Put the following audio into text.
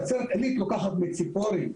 נצרת עילית לוקחת מציפורי.